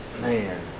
Man